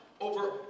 over